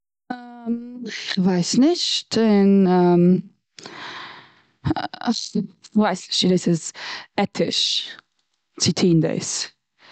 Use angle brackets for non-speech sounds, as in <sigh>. כ'ווייס נישט און <hesitation> 'כווייס נישט צו דאס איז עטיש צו טון דאס.